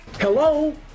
Hello